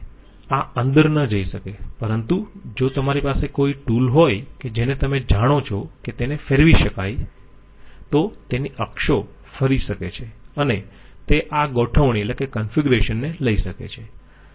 આ અંદર ન જઈ શકે પરંતુ જો તમારી પાસે કોઈ ટૂલ હોય કે જેને તમે જાણો છો કે તેને ફેરવી શકાય છે તો તેની અક્ષો ફરી શકે છે અને તે આ ગોઠવણી ને લઈ શકે છે